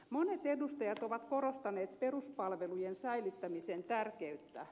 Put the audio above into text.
monet edustajat ovat korostaneet peruspalvelujen säilyttämisen tärkeyttä